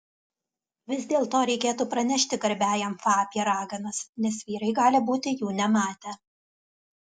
vis dėlto reikėtų pranešti garbiajam fa apie raganas nes vyrai gali būti jų nematę